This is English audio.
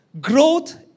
growth